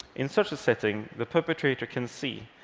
in such a setting, the perpetrator can see,